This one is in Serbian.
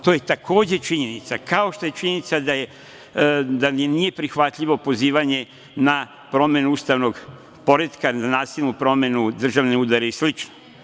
To je takođe činjenica, kao što je činjenica da nije prihvatljivo pozivanje na promenu ustavnog poretka, na nasilnu promenu, državni udar i slično.